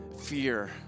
fear